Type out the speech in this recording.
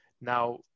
now